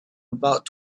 about